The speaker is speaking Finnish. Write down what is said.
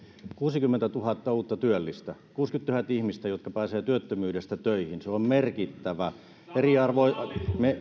kuusikymmentätuhatta uutta työllistä kuusikymmentätuhatta ihmistä jotka pääsevät työttömyydestä töihin se on merkittävä